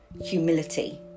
humility